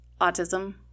autism